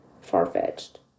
far-fetched